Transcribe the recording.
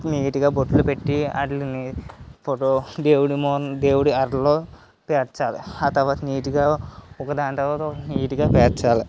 నీట్గా బొట్టులు పెట్టి వాటిని ఫోటో దేవుడి దేవుడి అరలో పేర్చాలి ఆ తరువాత నీటుగా ఒక దాని తరువాత ఒకటి నీట్గా పేర్చాలి